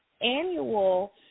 annual